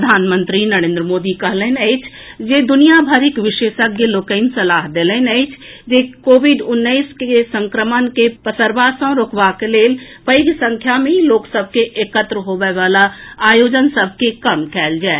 प्रधानमंत्री नरेन्द्र मोदी कहलनि अछि जे दुनिया भरिक विशेषज्ञ लोकनि सलाह देलनि अछि जे कोविड उन्नैस के संक्रमण के पसरबा सॅ रोकबाक लेल पैघ संख्या मे लोक सभ के एकत्र होबए वला आयोजन के कम कएल जाए